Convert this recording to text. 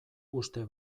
uste